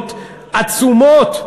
זכויות עצומות,